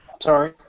Sorry